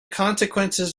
consequences